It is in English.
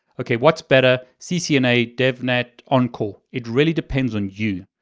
okay what's better ccna, devnet, um encor? it really depends on you.